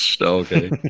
Okay